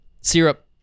syrup